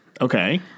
Okay